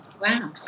Wow